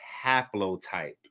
Haplotype